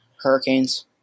hurricanes